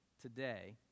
today